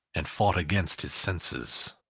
and fought against his senses.